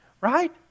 right